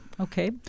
Okay